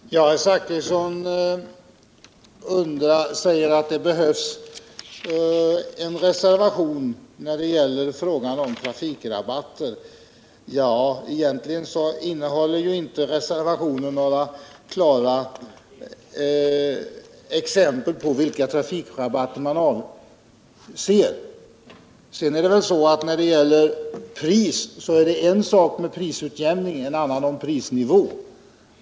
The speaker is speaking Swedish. Herr talman! Herr Zachrisson säger att det behövs en reservation vad gäller trafikrabatterna. Men egentligen innehåller inte reservationen några klara exempel på vilka trafikrabatter man avser. Sedan är det så att prisutjämning är en sak och prisnivå en annan.